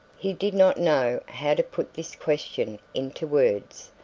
he did not know how to put this question into words.